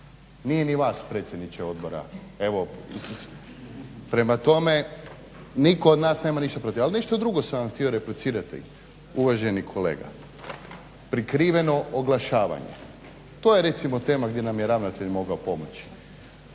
Nije ni vas predsjedniče odbora. Prema tome nitko od nas nema ništa protiv. Ali nešto sam vam drugi htio replicirati uvaženi kolega. Prikriveno oglašavanje, to je recimo tema gdje nam je ravnatelj mogao pomoći.